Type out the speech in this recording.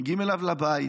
מגיעים אליו לבית.